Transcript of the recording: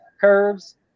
curves